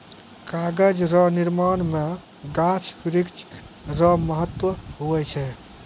कागज रो निर्माण मे गाछ वृक्ष रो महत्ब हुवै छै